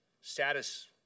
status